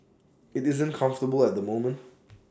IT isn't comfortable at the moment